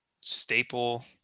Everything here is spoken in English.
staple